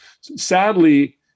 Sadly